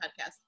podcast